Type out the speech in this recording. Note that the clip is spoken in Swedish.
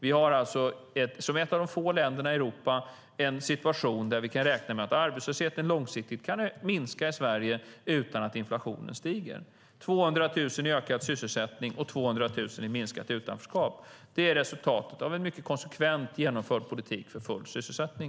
Vi har alltså som ett av få länder i Europa en situation där vi kan räkna med att arbetslösheten långsiktigt kan minska i Sverige utan att inflationen stiger. 200 000 i ökad sysselsättning och 200 000 i minskat utanförskap är resultatet av en mycket konsekvent genomförd politik för full sysselsättning.